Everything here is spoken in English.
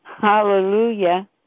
Hallelujah